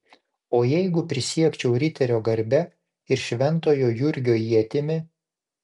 o jeigu prisiekčiau riterio garbe ir šventojo jurgio ietimi